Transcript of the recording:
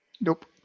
Nope